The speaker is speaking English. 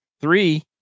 three